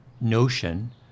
notion